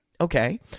okay